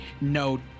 no